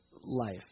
life